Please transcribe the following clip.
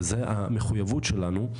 וזו המחויבות שלנו.